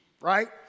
right